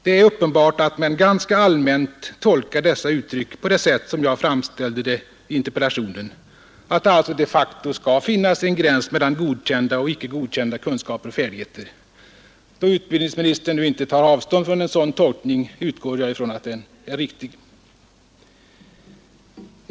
Det är uppenbart att man ganska allmänt tolkar dessa uttryck på det sätt som jag har framställt det i interpellationen, att det alltså de facto skall finnas en gräns mellan ”godkända” och ”icke godkända” kunskaper och färdigheter. Då utbildningsministern nu inte tar avständ frän sådan tolkning utgär jag ifrån att den är riktig.